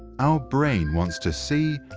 our brain wants to see,